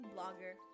Blogger